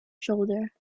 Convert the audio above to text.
shoulder